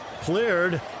Cleared